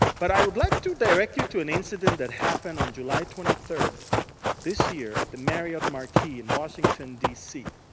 but i would like to direct you to an incident that happened on july twenty third this year at the marriott marquis in washington dc.